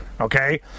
Okay